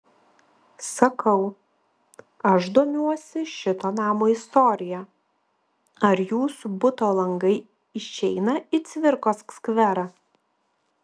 sakau aš domiuosi šito namo istorija ar jūsų buto langai išeina į cvirkos skverą